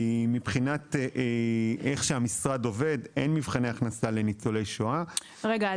מבחינת איך שהמשרד עובד אין מבחני הכנסה לניצולי שואה --- רגע,